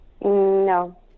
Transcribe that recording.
no